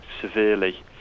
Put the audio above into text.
severely